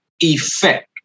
effect